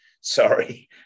sorry